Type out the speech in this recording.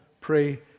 pray